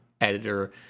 editor